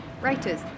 writers